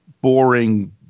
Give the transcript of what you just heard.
boring